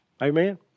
Amen